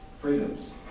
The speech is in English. freedoms